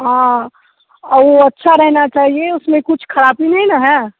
हाँ और वह अच्छा रहना चाहिए उसमें कुछ खराबी नहीं न है